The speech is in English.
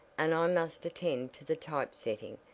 and i must attend to the typesetting,